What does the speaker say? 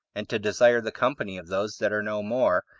and to desire the company of those that are no more,